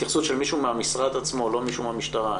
התייחסות של מישהו מהמשרד עצמו ולא מישהו מהמשטרה.